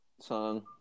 song